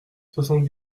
soixante